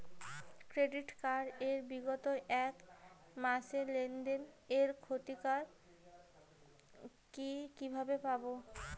Credit card এর বিগত এক মাসের লেনদেন এর ক্ষতিয়ান কি কিভাবে পাব?